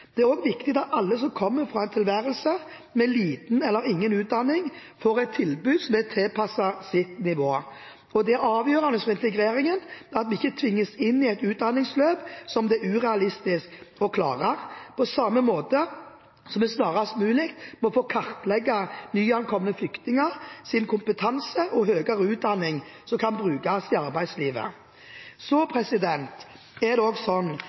Det er også viktig at alle som kommer fra en tilværelse med liten eller ingen utdanning, får et tilbud tilpasset sitt nivå. Det er avgjørende for integreringen at man ikke tvinges inn i et utdanningsløp som det er urealistisk å klare, på samme måte som vi snarest mulig må kartlegge nyankomne flyktningers kompetanse og høyere utdanning som kan brukes i arbeidslivet. Så er det sånn